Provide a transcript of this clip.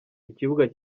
ikibuga